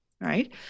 right